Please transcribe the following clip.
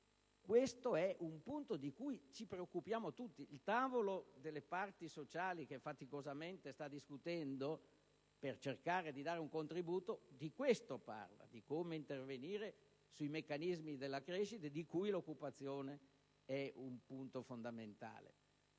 Questo è un punto di cui ci preoccupiamo tutti. Il tavolo delle parti sociali, che faticosamente sta discutendo per cercare di dare un contributo, parla proprio di come intervenire sui meccanismi della crescita, di cui l'occupazione è un punto fondamentale.